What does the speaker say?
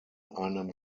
einem